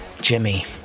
Jimmy